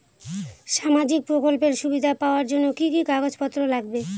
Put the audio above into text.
সামাজিক প্রকল্পের সুবিধা পাওয়ার জন্য কি কি কাগজ পত্র লাগবে?